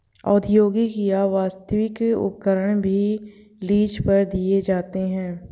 औद्योगिक या व्यावसायिक उपकरण भी लीज पर दिए जाते है